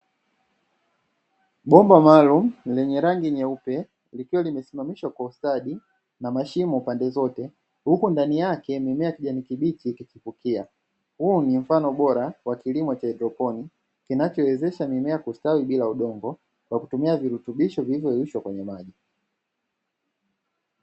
Bomba maalumu lenye rangi nyeupe likiwa limesimamishwa kwa ustadi na mashimo pande zote ,huku ndani yake mimea ya kijani kibichi ikichipukia, huo ni mfano bora wa kilimo cha haidroponi, kinachosaidia mimea kustawi bila udongo, kwa kutumia virutubisho vilivyoyeyushwa kwenye maji.